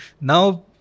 Now